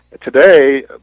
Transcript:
Today